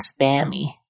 spammy